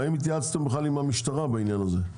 והאם התייעצתם בכלל עם המשטרה בעניין הזה.